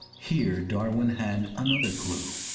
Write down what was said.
here darwin had another clue.